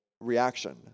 reaction